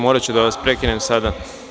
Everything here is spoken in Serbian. Moraću da vas prekinem sada.